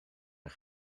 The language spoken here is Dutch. een